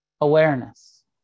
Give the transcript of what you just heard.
awareness